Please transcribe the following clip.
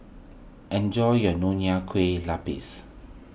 enjoy your Nonya Kueh Lapis